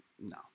no